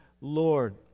Lord